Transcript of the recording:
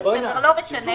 בגלל